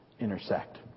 intersect